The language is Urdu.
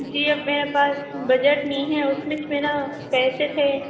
جی اب میرے پاس بجٹ نہیں ہے اور اس مچ میرا پیسے تھے